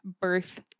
birth